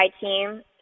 team